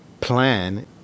plan